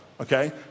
okay